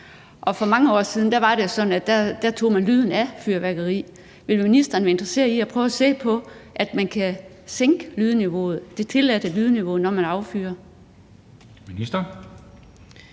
dB. For mange år siden var det sådan, at der tog man lyden af fyrværkeri. Vil ministeren være interesseret i at prøve at se på, om man kan sænke det tilladte lydniveau, når man affyrer?